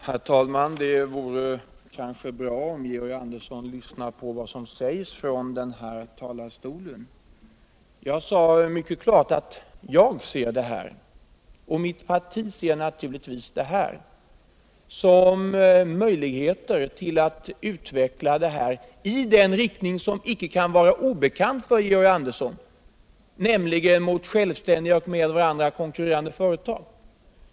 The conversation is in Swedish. Herr talman! Det vore bra om Georg Andersson Ivssnade på vad som sägs från den här talarstolen. Jag sade mycket klart att jag och naturligtvis mitt parti ser detta som en möjlighet till en utveckling i riktning mot självständiga och med varandra konkurrerande företag. Det kan inte vara obekant för Georg Andersson att mitt parti sedan länge önskar en sådan utveckling.